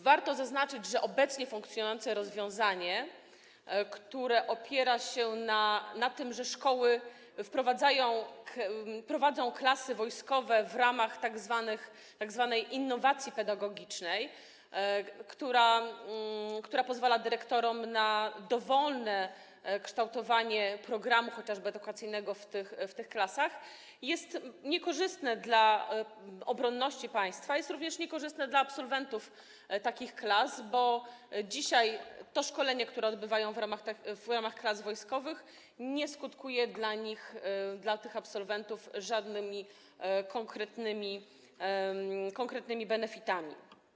Warto zaznaczyć, że obecnie funkcjonujące rozwiązanie, które opiera się na tym, że szkoły prowadzą klasy wojskowe w ramach tzw. innowacji pedagogicznej, która pozwala dyrektorom na dowolne kształtowanie programu chociażby edukacyjnego w tych klasach, jest niekorzystne dla obronności państwa, jest również niekorzystne dla absolwentów takich klas, bo dzisiaj to szkolenie, które odbywają w ramach klas wojskowych, nie skutkuje dla nich, dla tych absolwentów, żadnymi konkretnymi benefitami.